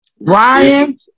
Ryan